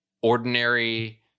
ordinary